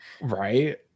Right